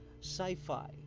sci-fi